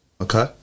okay